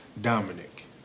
Dominic